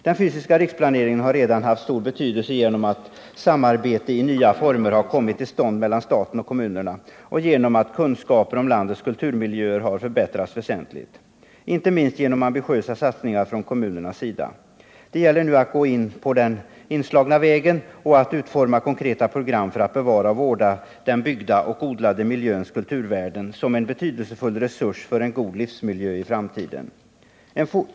Den fysiska riksplaneringen har redan haft stor betydelse genom att samarbete i nya former har kommit till stånd mellan staten och kommunerna och genom att kunskaper om landets kulturmiljöer har förbättrats väsentligt, inte minst på grund av ambitiösa satsningar från kommunernas sida. Det gäller nu att fortsätta på den inslagna vägen och att utforma konkreta program för att bevara och vårda den byggda och odlade miljöns kulturvärden som en betydelsefull resurs för en god livsmiljö i framtiden.